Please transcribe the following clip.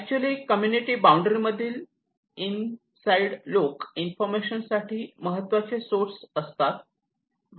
actually community boundary मधील in side लोक information साठी महत्वाचे सोर्स असतात